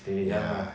ya lah